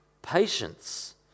patience